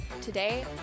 today